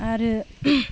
आरो